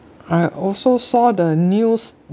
I also saw the news